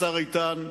השר איתן,